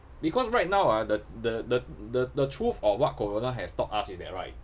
because right now ah the the the truth of what corona have taught us is that right